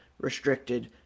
restricted